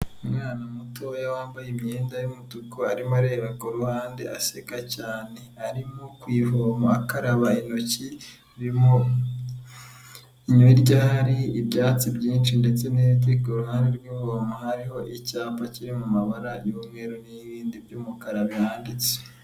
Umwana mutoya wambaye imyenda y'umutuku arimo areba ku ruhande aseka cyane ,arimo kuvoma akaba intoki hirya hari ibyatsi byinshi ndetse n'ibiti, kuhande rw'iwabo hariho icyapa kiri mu mabara y'umweru n'ibindi by'umukara bihanditse.